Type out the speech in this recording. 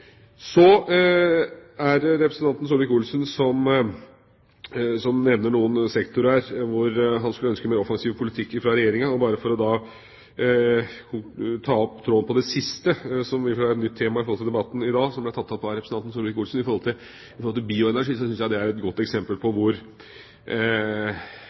Representanten Solvik-Olsen nevner noen sektorer hvor han skulle ønske en mer offensiv politikk fra Regjeringen. Bare for å ta opp tråden når det gjelder det siste, som vel er et nytt tema som ble tatt opp av representanten Solvik-Olsen i debatten i dag, nemlig bioenergi: Det syns jeg er et godt eksempel på